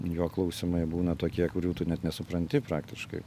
jo klausimai būna tokie kurių tu net nesupranti praktiškai